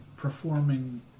performing